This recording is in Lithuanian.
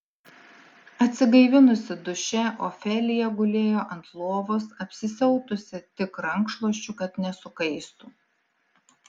atsigaivinusi duše ofelija gulėjo ant lovos apsisiautusi tik rankšluosčiu kad nesukaistų